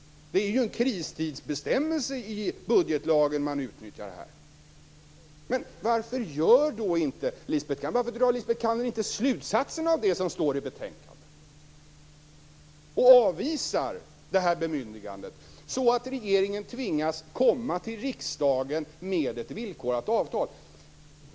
Det är ju en kristidsbestämmelse i budgetlagen som man utnyttjar här. Varför drar då inte Lisbet Calner slutsatsen av det som står i betänkandet och avvisar det här bemyndigandet så att regeringen tvingas komma till riksdagen med ett villkorat avtal?